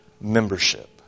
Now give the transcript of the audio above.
membership